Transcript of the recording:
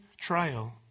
trial